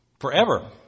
Forever